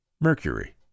mercury